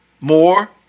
More